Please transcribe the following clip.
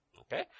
Okay